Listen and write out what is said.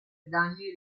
danny